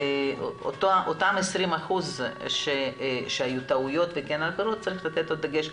אותם 20 אחוזים טעויות, צריך לתת את הדגש.